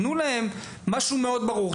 תנו להם משהו מאוד ברור.